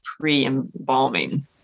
pre-embalming